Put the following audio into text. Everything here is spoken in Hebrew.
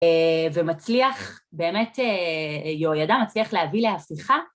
ומצליח באמת, יהוידע מצליח להביא להפיכה.